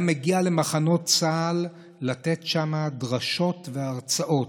הוא היה מגיע למחנות צה"ל לתת שם דרשות והרצאות.